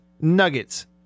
nuggets